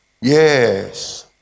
Yes